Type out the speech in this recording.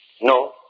No